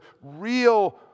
real